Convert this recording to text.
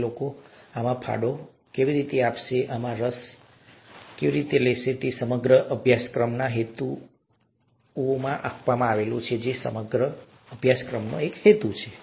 તે લોકોને આમાં ફાળો આપવો તે લોકોને આમાં રસ લેવો એ આ સમગ્ર અભ્યાસક્રમનો હેતુ છે અથવા આ સમગ્ર અભ્યાસક્રમનો એક હેતુ છે